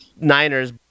Niners